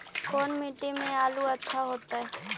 कोन मट्टी में आलु अच्छा होतै?